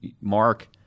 Mark